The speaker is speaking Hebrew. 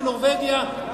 בנורבגיה,